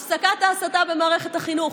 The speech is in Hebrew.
הפסקת ההסתה במערכת החינוך.